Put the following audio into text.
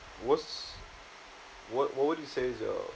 was what what would you say your